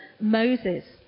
Moses